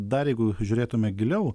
dar jeigu žiūrėtume giliau